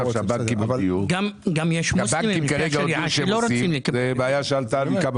זו בעיה שעלתה.